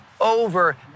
over